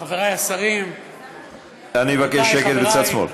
חבריי השרים אני מבקש שקט בצד שמאל.